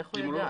איך הוא ידע?